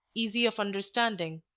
easy of understanding,